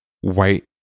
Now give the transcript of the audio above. white